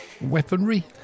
Weaponry